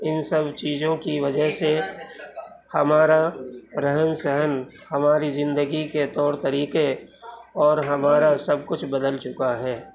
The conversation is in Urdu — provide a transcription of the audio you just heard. ان سب چیزوں کی وجہ سے ہمارا رہن سہن ہماری زندگی کے طور طریقے اور ہمارا سب کچھ بدل چکا ہے